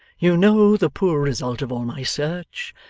you know the poor result of all my search.